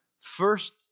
First